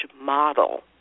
model